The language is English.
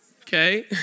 okay